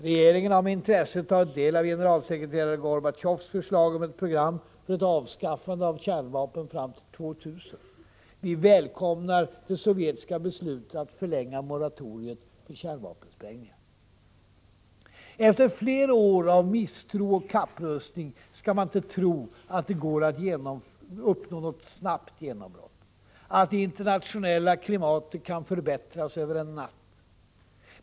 Regeringen har med intresse tagit del av generalsekreterare Gorbatjovs förslag om ett program för avskaffande av kärnvapen före år 2000. Vi välkomnar det sovjetiska beslutet att förlänga moratoriet för kärnvapensprängningar. Efter flera år av misstro och kapprustning skall man inte tro att det går att åstadkomma något snabbt genombrott, att det internationella klimatet kan förbättras över en natt.